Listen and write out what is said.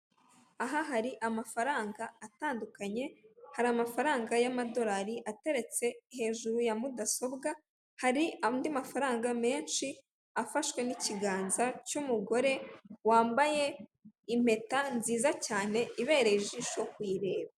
Aha hari amafaranga atandukanye hari amafaranga y'amadorari ateretse hejuru ya mudasobwa, hari andi mafaranga menshi afashwe n'ikiganza cy'umugore wambaye impeta nziza cyane ibereye ijisho kuyireba.